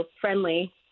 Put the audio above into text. friendly